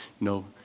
No